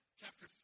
chapter